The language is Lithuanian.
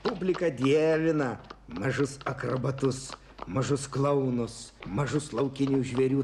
publika dievina mažus akrobatus mažus klounus mažus laukinių žvėrių